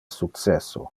successo